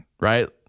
right